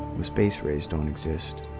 the space-rays don't exist.